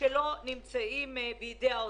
שלא נמצאים בידי האוצר.